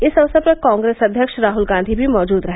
इस अवसर पर कॉंग्रेस अध्यक्ष राहल गांधी भी मौजूद रहे